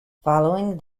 following